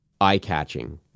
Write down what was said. eye-catching